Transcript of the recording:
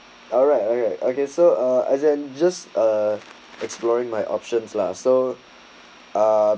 alright okay okay so uh as in just uh exploring my options lah so uh